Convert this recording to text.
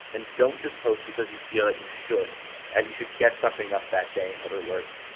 and don't just post because you feel that you should and you should get something up that day, in other words.